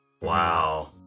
Wow